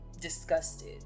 disgusted